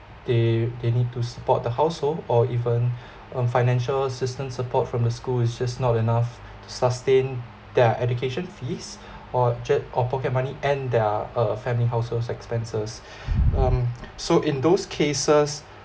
they they need to support the household or even um financial system support from the school is just not enough to sustain their education fees or just or pocket money and their uh family households expenses so in those cases